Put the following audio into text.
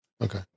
Okay